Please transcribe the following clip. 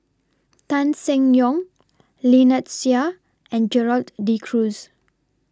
Tan Seng Yong Lynnette Seah and Gerald De Cruz